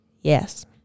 Yes